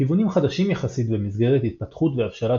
כיוונים חדשים יחסית במסגרת התפתחות והבשלת